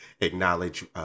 acknowledge